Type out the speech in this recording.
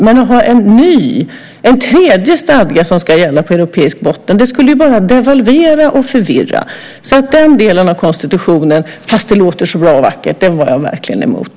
Men att ha en ny, en tredje, stadga som ska gälla på europeisk botten skulle bara devalvera och förvirra, så den delen av konstitutionen - fastän det låter så bra och vackert - var jag verkligen emot.